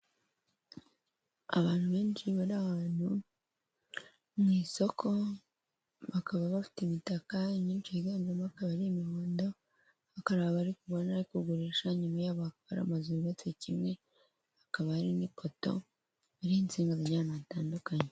Abantu benshi bari abantu mu isoko bakaba bafite imitaka myinshi yiganjemo akaba ari imihodo akaba abariana kugurisha nyuma y'abafa amazu yubatse kimwekaba ari n'ikoto ari mu mijyana zitandukanye.